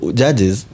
judges